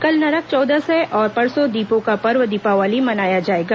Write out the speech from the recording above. कल नरक चौदस है और परसों दीपों का पर्व दीपावली मनाया जाएगा